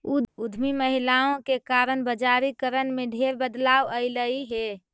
उद्यमी महिलाओं के कारण बजारिकरण में ढेर बदलाव अयलई हे